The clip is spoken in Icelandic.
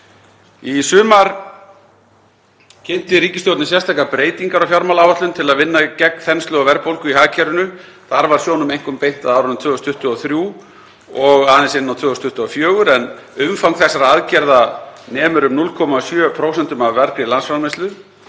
Í sumar kynnti ríkisstjórnin sérstakar breytingar á fjármálaáætlun til að vinna gegn þenslu og verðbólgu í hagkerfinu. Þar var sjónum einkum beint að á árunum 2023 og aðeins inn á 2024, en umfang þessara aðgerða nemur um 0,7% af vergri landsframleiðslu.